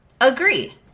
Agree